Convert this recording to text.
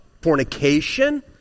fornication